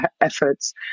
efforts